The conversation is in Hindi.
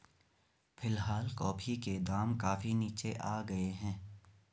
फिलहाल कॉफी के दाम काफी नीचे आ गए हैं